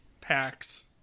packs